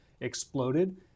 exploded